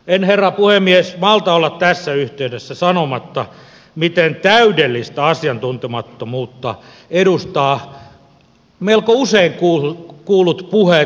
en herra puhemies malta olla tässä yhteydessä sanomatta miten täydellistä asiantuntemattomuutta edustavat melko usein kuullut puheet valtionkirkosta